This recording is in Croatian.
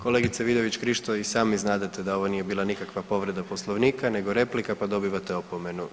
Kolegice Vidović Krišto i sami znadete da ovo nije bila nikakva povreda Poslovnika nego replika, pa dobivate opomenu.